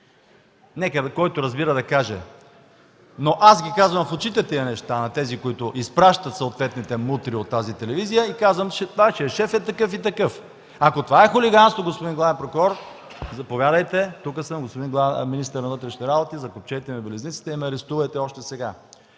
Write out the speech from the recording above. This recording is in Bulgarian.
Нека, който разбира, да каже. Но аз ги казвам в очите тези неща на тези, които изпращат съответните мутри от тази телевизия, и казвам, че Вашият шеф е такъв и такъв. Ако това е хулиганство, господин главен прокурор, заповядайте! Тук съм, господин министър на вътрешните работи, закопчайте ми белезниците и ме арестувайте още сега.